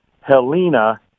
Helena